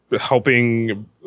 helping